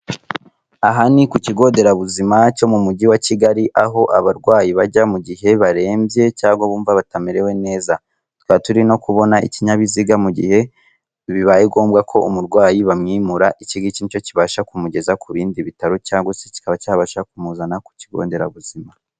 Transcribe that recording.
Aha ni ku kigo nderabuzima cyo mu Mujyi wa Kigali, aho abarwayi bajya mu gihe barembye cyangwa bumva batamerewe neza, tukaba turi no kubona ikinyabiziga mu gihe bibaye ngombwa ko umurwayi bamwimura, iki ngiki ni cyo kibasha kumugeza ku bindi bitaro cyangwa se kikaba cyabasha kumuzana ku kigo nderabuzima.